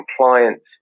compliance